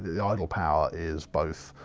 the idle power is both,